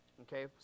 Okay